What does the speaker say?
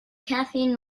caffeine